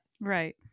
Right